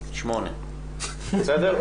שמונה, בסדר?